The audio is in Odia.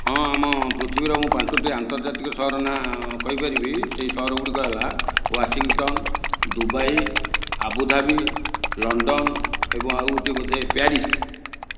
ହଁ ଆମ ପୃଥିବୀର ମୁଁ ପାଞ୍ଚଟି ଆନ୍ତର୍ଜାତିକ ସହର ନାଁ କହିପାରିବି ସେହି ସହର ଗୁଡ଼ିକ ହେଲା ୱାଶିଂଟନ ଦୁବାଇ ଆବୁଧାବି ଲଣ୍ଡନ ଏବଂ ଆଉ ଗୋଟିଏ ବୋଧେ ପ୍ୟାରିସ